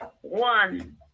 One